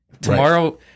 Tomorrow